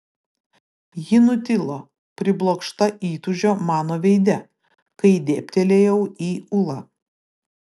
ji nutilo priblokšta įtūžio mano veide kai dėbtelėjau į ulą